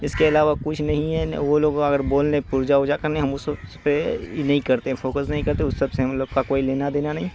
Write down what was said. اس کے علاوہ کچھ نہیں ہے نہ وہ لوگ اگر بولنے پوجا ووجا کرنے ہم اس پہ یہ نہیں کرتے فوکس نہیں کرتے او سب سے ہم لوگ کا کوئی لینا دینا نہیں